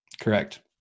correct